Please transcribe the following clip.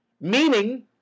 Meaning